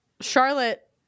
Charlotte